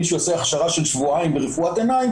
מישהו יעשה הכשרה של שבועיים ברפואת עיניים